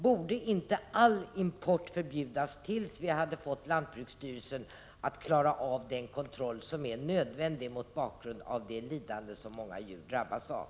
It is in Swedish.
Borde inte all import förbjudas tills lantbruksstyrelsen kan klara av den kontroll som är nödvändig mot bakgrund av det lidande som många djur utsatts för?